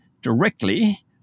directly